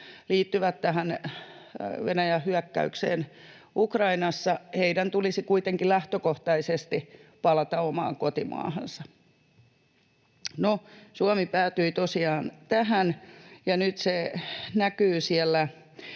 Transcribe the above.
liittyvät Venäjän hyökkäykseen Ukrainassa, tulisi kuitenkin lähtökohtaisesti palata omaan kotimaahansa. No, Suomi päätyi tosiaan tähän, ja nyt se näkyy